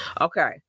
Okay